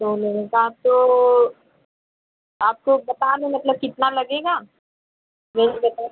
दो लोगों का तो आपको बता दें मतलब कितना लगेगा नहीं बताए